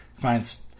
clients